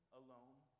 alone